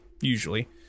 usually